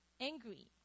angry